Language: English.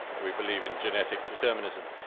we believe in genetic determinism.